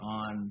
on